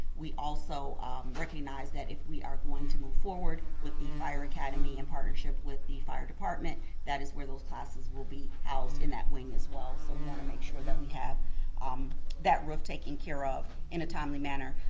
we also recognize that if we are going to move forward with the fire academy in partnership with the fire department, that is where those classes will be housed in that wing as well, so we wanna make sure that we have um that roof taken care of in a timely manner.